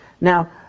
Now